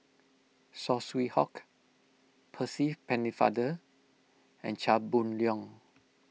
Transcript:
Saw Swee Hock Percy Pennefather and Chia Boon Leong